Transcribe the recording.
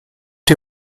die